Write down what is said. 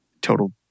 total